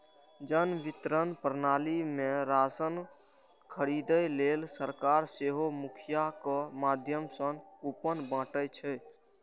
जन वितरण प्रणाली मे राशन खरीदै लेल सरकार सेहो मुखियाक माध्यम सं कूपन बांटै छै